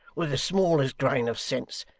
with the smallest grain of sense,